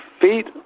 feet